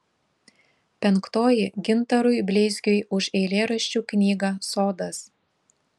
penktoji gintarui bleizgiui už eilėraščių knygą sodas